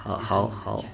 err 好好好